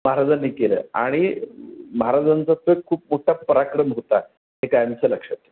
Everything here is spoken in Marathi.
महाराजांनी केलं आणि महाराजांचा तो एक खूप मोठा पराक्रम होता हे कायमचं लक्षात